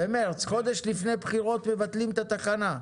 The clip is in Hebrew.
במרץ, חודש לפני בחירות מבטלים את התחנה.